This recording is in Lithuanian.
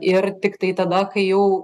ir tiktai tada kai jau